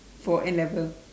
for N-level